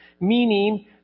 meaning